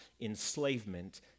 enslavement